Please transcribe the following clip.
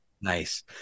Nice